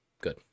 good